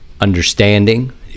understanding